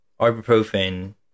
ibuprofen